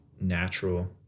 natural